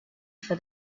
for